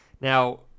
Now